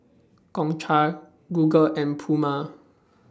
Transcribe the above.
Gongcha Google and Puma